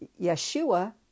Yeshua